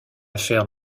affaire